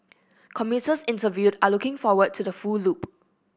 commuters interviewed are looking forward to the full loop